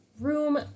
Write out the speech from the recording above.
room